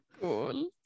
Cool